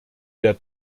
der